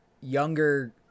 younger